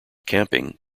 camping